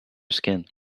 skin